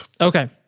Okay